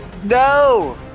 No